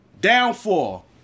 downfall